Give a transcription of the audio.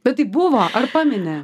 bet tai buvo ar pameni